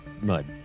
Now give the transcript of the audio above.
mud